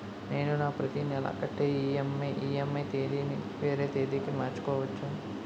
నేను నా ప్రతి నెల కట్టే ఈ.ఎం.ఐ ఈ.ఎం.ఐ తేదీ ని వేరే తేదీ కి మార్చుకోవచ్చా?